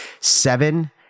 Seven